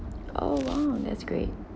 oh !wow! that's great